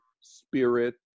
spirit